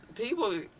People